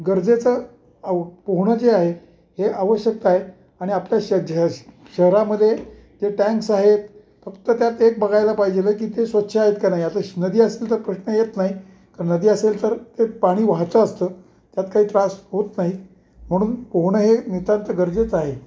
गरजेचं आव पोहणं जे आहे हे आवश्यकता आहे आणि आपल्या श शहरामध्ये जे टँक्स आहेत फक्त त्यात एक बघायला पाहिजेलं की ते स्वच्छ आहेत की नाही आता नदी असेल तर प्रश्न येत नाही कारण नदी असेल तर ते पाणी वाहतं असतं त्यात काही त्रास होत नाही म्हणून पोहणं हे नितांत गरजेचं आहे